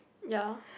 ya